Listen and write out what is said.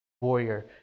warrior